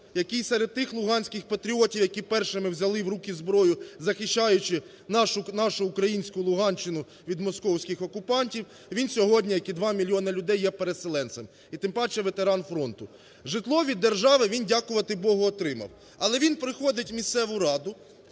який серед тих луганських патріотів, які першими взяли в руки зброю, захищаючи нашу українську Луганщину від московських окупантів, він сьогодні, як і 2 мільйона людей, є переселенцем і тим паче ветеран фронту. Житлові держави він, дякувати Богу, отримав. Але він приходить в місцеву раду